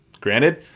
granted